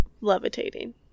levitating